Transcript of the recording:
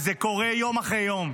וזה קורה יום אחרי יום.